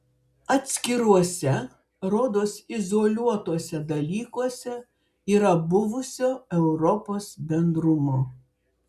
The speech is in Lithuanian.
atskiruose rodos izoliuotuose dalykuose yra buvusio europos bendrumo